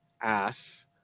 ass